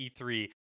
E3